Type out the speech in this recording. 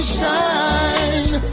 shine